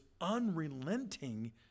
unrelenting